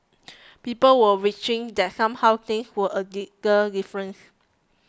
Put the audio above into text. people were reaching that somehow things were a little different